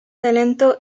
talento